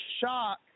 shock